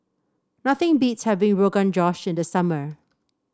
nothing beats having Rogan Josh in the summer